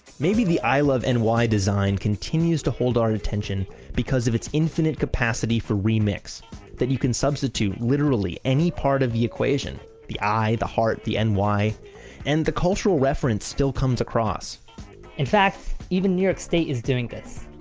maybe the i love and ny design continues to hold our attention because of it's infinite capacity for remix that you can substitute literally any part of the equation. the i, the heart, the and ny and the cultural reference still comes across in fact, even new york state is doing this.